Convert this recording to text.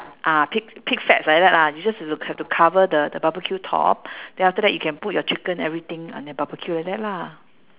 ah pig pig fats like that lah you just ha~ have to cover the the barbecue top then after that you can put your chicken everything ah then barbecue like that lah